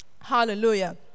Hallelujah